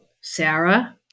Sarah